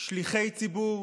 שליחי ציבור.